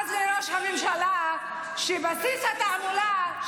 אז תתקנו את